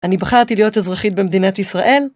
אני בחרתי להיות אזרחית במדינת ישראל?!